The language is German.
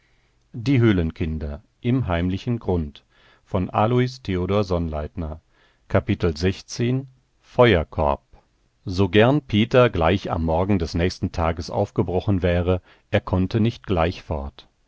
brandpfeile feuerkorb so gern peter gleich am morgen des nächsten tages aufgebrochen wäre er konnte nicht gleich fort